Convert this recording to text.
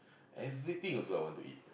everything also I want to eat